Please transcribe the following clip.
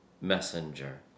messenger